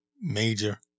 major